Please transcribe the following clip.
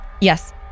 Yes